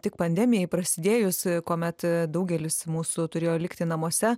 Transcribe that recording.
tik pandemijai prasidėjus kuomet daugelis mūsų turėjo likti namuose